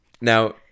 Now